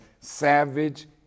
savage